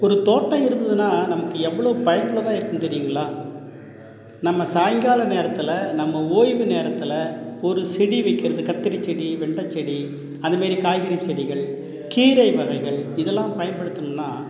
ஒரு தோட்டம் இருந்ததுனா நமக்கு எவ்வளோ பயனுள்ளதாக இருக்கும் தெரியுங்களா நம்ம சாய்ங்கால நேரத்தில் நம்ம ஓய்வு நேரத்தில் ஒரு செடி வைக்கிறது கத்தரிச் செடி வெண்டை செடி அந்த மாதிரி காய்கறி செடிகள் கீரை வகைகள் இதெல்லாம் பயன்படுத்தணுன்னா